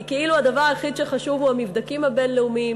כי כאילו הדבר היחיד שחשוב הוא המבדקים הבין-לאומיים.